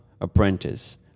apprentice